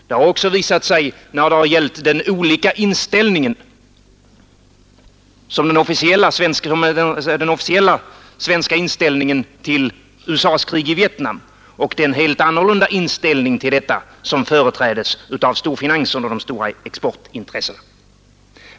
Det har också visat sig när det gällt den officiella svenska inställningen till USA:s krig i Vietnam och den helt annorlunda inställning till detta som företräds av storfinansen och de stora exportintressena.